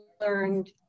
learned